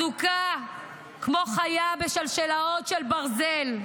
אזוקה כמו חיה בשלשלות של ברזל,